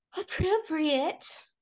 appropriate